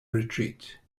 retreat